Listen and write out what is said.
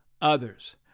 others